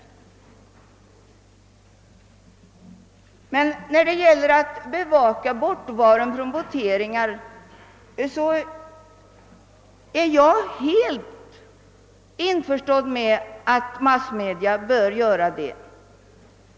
När det gäller att bevaka bortovaron från voteringar är jag helt införstådd med att massmedia bör göra detta.